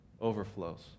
overflows